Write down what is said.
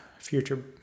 future